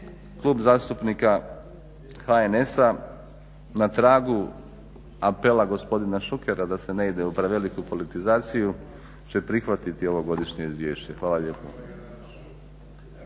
Klub zastupnika HNS-a na tragu apela gospodina Šukera da se ne ide u preveliku politizaciju će prihvatiti ovo godišnje izvješće. Hvala lijepo.